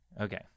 Okay